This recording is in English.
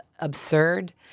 absurd